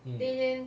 mm